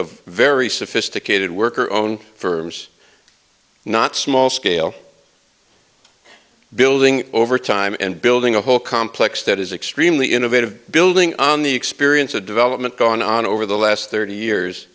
of very sophisticated worker own firms not small scale building over time and building a whole complex that is extremely innovative building on the experience of development going on over the last thirty years